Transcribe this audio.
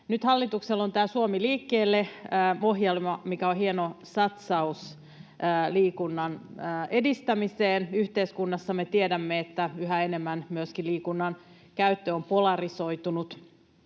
hallituksella on tämä Suomi liikkeelle ‑ohjelma, mikä on hieno satsaus liikunnan edistämiseen yhteiskunnassa. Me tiedämme, että yhä enemmän myöskin liikunnan käyttö on polarisoitunut